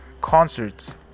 concerts